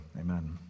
amen